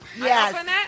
Yes